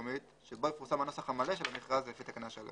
המקומית שבו יפורסם הנוסח המלא של המכרז לפי תקנה 3;"